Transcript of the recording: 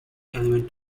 element